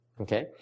Okay